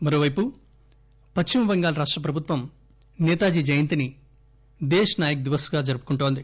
మరోపైపు పశ్చిమ టెంగాల్ రాష్ట ప్రభుత్వం నేతాజీ జయంతిని దేశ్ నాయక్ దివస్ గా జరుపుకుంటోంది